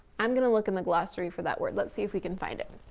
i'm gonna look in the glossary for that word. let's see if we can find it.